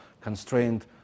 constrained